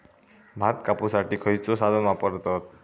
भात कापुसाठी खैयचो साधन वापरतत?